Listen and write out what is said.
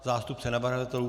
Zástupce navrhovatelů?